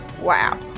Wow